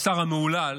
השר המהולל,